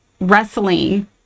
wrestling